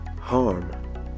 harm